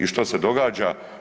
I što se događa?